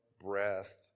breath